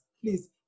please